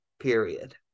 period